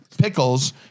Pickles